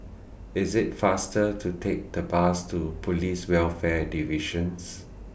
IS IT faster to Take The Bus to Police Welfare Divisions